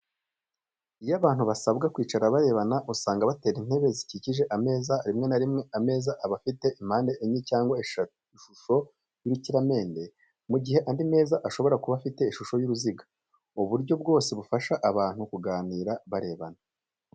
Iyo abantu basabwa kwicara barebana usanga batera intebe zikikije ameza. Rimwe na rimwe ameza aba afite impande enye cyangwa ishusho y'urukiramende mu gihe andi meza ashobora kuba afite ishusho y'uruziga. Ubu buryo bwose bufasha abantu kuganira barebana.